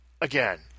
again